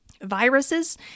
viruses